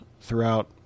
throughout